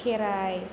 खेराइ